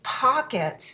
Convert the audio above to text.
pockets